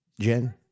Jen